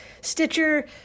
Stitcher